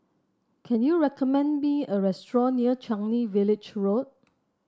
can you recommend me a restaurant near Changi Village Road